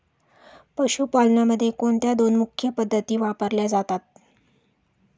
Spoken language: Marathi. पशुपालनामध्ये कोणत्या दोन मुख्य पद्धती वापरल्या जातात?